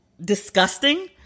disgusting